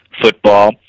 football